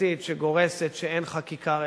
חקיקתית שגורסת שאין חקיקה רטרואקטיבית,